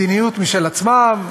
מדיניות משל עצמם,